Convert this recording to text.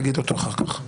תגיד אותו אחר כך.